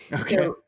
Okay